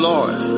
Lord